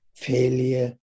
Failure